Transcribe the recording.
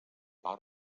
pau